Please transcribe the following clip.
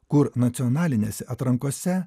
kur nacionalinėse atrankose